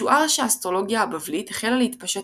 משוער שהאסטרולוגיה הבבלית החלה להתפשט